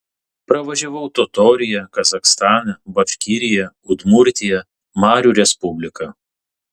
pravažiavau totoriją kazachstaną baškiriją udmurtiją marių respubliką